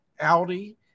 Audi